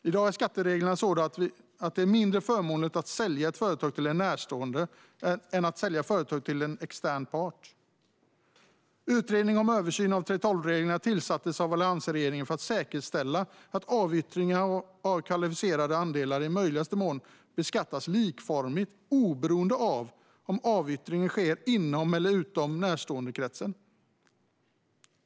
I dag är skattereglerna sådana att det är mindre förmånligt att sälja ett företag till en närstående än att sälja företaget till en extern part. Utredningen om en översyn av 3:12-reglerna tillsattes av alliansregeringen för att säkerställa att avyttringar av kvalificerade andelar i möjligaste mån beskattas likformigt, oberoende av om avyttringen sker inom eller utom närståendekretsen.